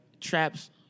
traps